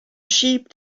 sheep